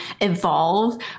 evolve